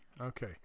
okay